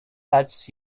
touches